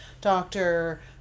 doctor